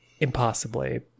impossibly